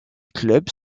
clubs